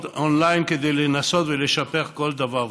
אונליין כדי לנסות ולשפר כל דבר ודבר.